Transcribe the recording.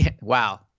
wow